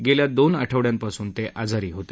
गेल्या दोन आठवड्यांपासून ते आजारी होते